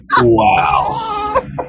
Wow